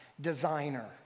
designer